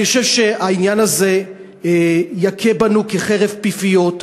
אני חושב שהעניין הזה יכה בנו כחרב פיפיות,